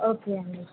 okay అండి